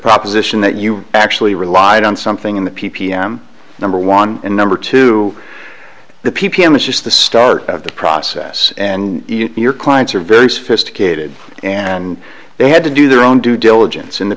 proposition that you actually relied on something in the p p m number one and number two the p p m is just the start of the process and your clients are very sophisticated and they had to do their own due diligence in the